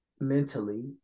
mentally